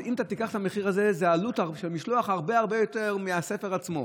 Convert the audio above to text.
אם תיקח את המחיר הזה אז עלות המשלוח היא הרבה הרבה יותר מהספר עצמו.